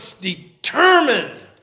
determined